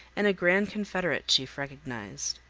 and a grand confederate chief recognized.